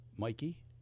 Mikey